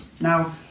Now